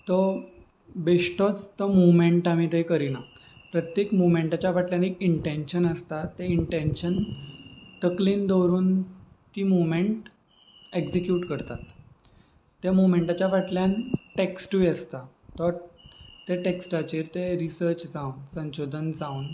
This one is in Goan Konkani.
तो बेश्टोच तो मुवमेंट आमी थंय करिना प्रत्येक मुवमेंटाच्या फाटल्यान एक इंटेंन्शन आसता ते इंटेंन्शन तकलेन दवरून ती मुवमेंट एग्जिक्यूट करतात त्या मुवमेंटाच्या फाटल्यान टॅक्स्टूय आसता तो त्या टॅक्स्टाचेर ते रिसर्च जावन संशोधन जावन